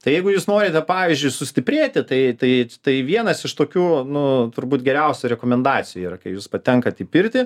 tai jeigu jūs norite pavyzdžiui sustiprėti tai tai tai vienas iš tokių nu turbūt geriausia rekomendacija yra kai jūs patenkat į pirtį